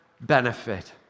benefit